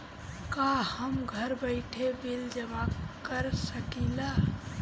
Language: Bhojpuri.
का हम घर बइठे बिल जमा कर शकिला?